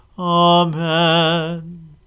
Amen